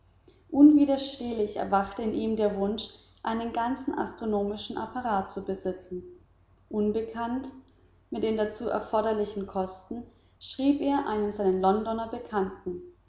unwiderstehlich erwachte in ihm der wunsch einen ganzen astronomischen apparat zu besitzen unbekannt mit den dazu erforderlichen kosten schrieb er einem seiner londoner bekannten